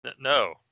no